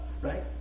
Right